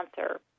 answer